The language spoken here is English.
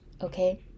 Okay